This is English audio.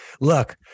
look